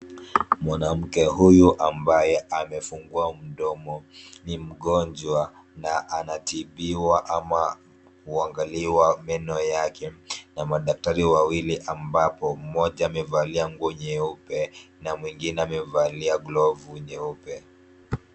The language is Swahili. Mwanamke huyu ambaye amefungua mdomo ni mgonjwa na anatibiwa ama kuangaliwa meno yake na madaktari wawili ambapo, mmoja amevalia nguo nyeupe na mwingine amevalia glovu nyeupe.